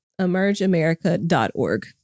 EmergeAmerica.org